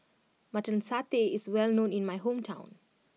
Mutton Satay is well known in my hometown